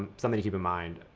something to keep in mind.